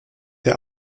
der